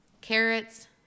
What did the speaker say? carrots